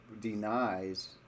denies